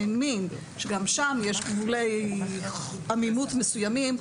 מין שגם שם יש שוליים של עמימות מסוימים,